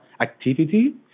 activity